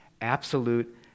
absolute